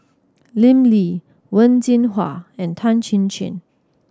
Lim Lee Wen Jinhua and Tan Chin Chin